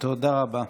תודה רבה.